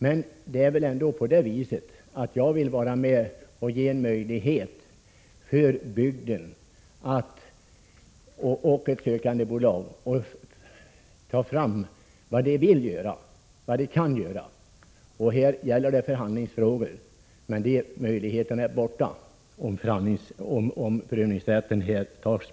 Men jag vill ändå vara med och ge bygden och ett sökandebolag en möjlighet att presentera vad man vill och kan göra. Det blir en förhandlings 153 fråga. Men om prövningsrätten tas bort försvinner också möjligheterna att göra något.